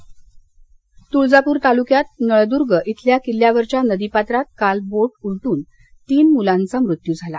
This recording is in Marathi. दुर्घटना तुळजापूर तालुक्यात नळदूर्ग इथल्या किल्ल्यावरच्या नदीपात्रात काल बोट्र उलटून तीन मुलांचा मृत्यू झाला